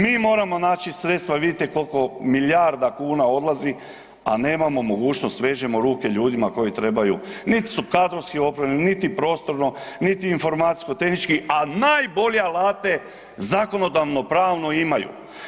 Mi moramo naći sredstva, vidite koliko milijarda kuna odlazi, a nemamo mogućnost vežemo ruke ljudima koji trebaju nit su kadrovski opremljeni, niti prostorno, niti informacijsko-tehnički, a najbolje alate zakonodavno pravno imaju.